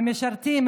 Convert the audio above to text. הם משרתים,